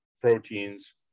proteins